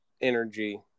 energy